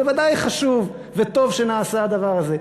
בוודאי חשוב וטוב שנעשה הדבר הזה.